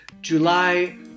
July